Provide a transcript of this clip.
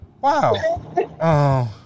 Wow